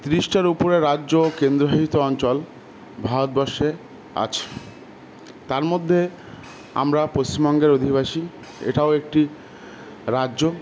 তিরিশটার উপরে রাজ্য কেন্দ্রসাহিত অঞ্চল ভারতবর্ষে আছে তার মধ্যে আমরা পশ্চিমবঙ্গের অধিবাসী এটাও একটি রাজ্য